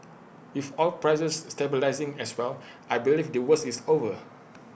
with oil prices stabilising as well I believe the worst is over